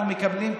אנחנו מקבלים,